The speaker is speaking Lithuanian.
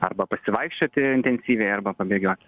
arba pasivaikščioti intensyviai arba pabėgioti